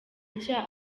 nshya